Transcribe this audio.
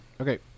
Okay